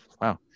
Wow